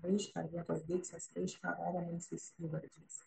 raišką vietos deiksės raišką rodomaisiais įvardžiais